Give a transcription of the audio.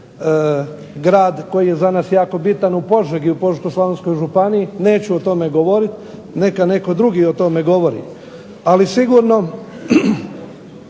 grad koji je za nas jako bitan, u Požegi, u Požeško-slavonskoj županiji, neću o tome govoriti, neka netko drugi o tome govori. Ali sigurno